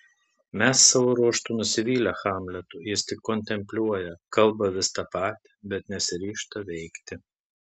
mes savo ruožtu nusivylę hamletu jis tik kontempliuoja kalba vis tą patį bet nesiryžta veikti